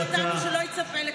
הוציאו אותנו החוצה.